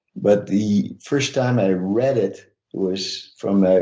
but the first time i read it was from